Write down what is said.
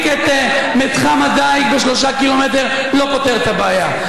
את מתחם הדיג בשלושה ק"מ לא פותר את הבעיה,